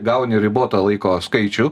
gauni ribotą laiko skaičių